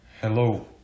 hello